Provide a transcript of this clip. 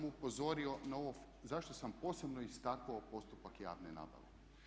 upozorio na ovo, zašto sam posebno istaknuo postupak javne nabave?